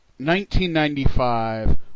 1995